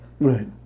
right